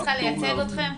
אני צריכה לייצג אתכם?